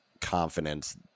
confidence